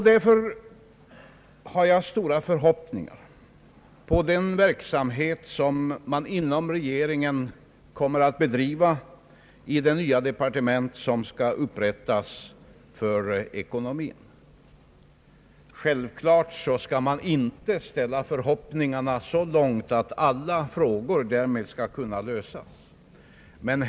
Därför har jag stora förhoppningar på den verksamhet, som man inom regeringen kommer att bedriva i det nya departementet som skall upprättas för ekonomin. Självklart skall man inte ställa förhoppningarna så högt att alla frågor därmed skall kunna lösas.